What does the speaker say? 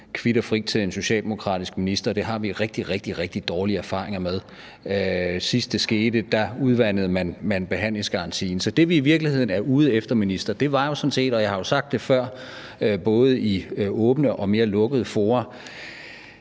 kvit og frit til en socialdemokratisk minister. Det har vi rigtig, rigtig dårlige erfaringer med. Sidst det skete, udvandede man behandlingsgarantien. Så det, vi i virkeligheden er ude efter, minister, er jo sådan set – og jeg har sagt det før, både i åbne og mere lukkede fora: